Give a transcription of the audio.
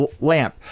lamp